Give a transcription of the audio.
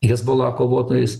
hezbollah kovotojais